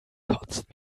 kotzt